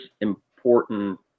important